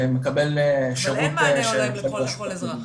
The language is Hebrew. ומקבל שירות של --- אבל אין מענה הולם לכל אזרח.